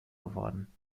geworden